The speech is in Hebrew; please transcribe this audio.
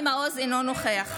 (קוראת בשם חבר הכנסת) אבי מעוז, אינו נוכח איך